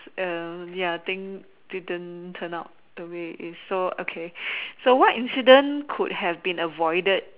uh ya I think didn't turn out to me it so okay so what incident could have been avoided